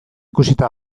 ikusita